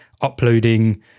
uploading